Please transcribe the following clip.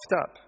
up